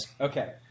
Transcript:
Okay